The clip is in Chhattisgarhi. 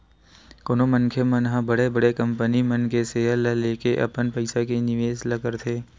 कोनो मनखे मन ह बड़े बड़े कंपनी मन के सेयर ल लेके अपन पइसा के निवेस ल करथे